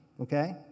Okay